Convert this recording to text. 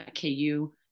KU